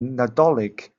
nadolig